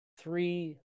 three